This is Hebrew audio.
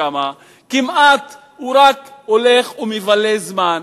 שם הוא כמעט רק הולך ומבלה זמן.